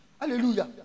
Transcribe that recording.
Hallelujah